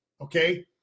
okay